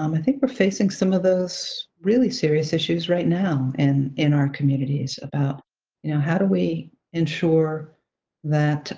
um i think we're facing some of those really serious issues right now and in our communities about you know how do we ensure that